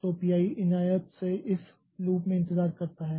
तो P i इनायत से इस लूप में इंतजार करता है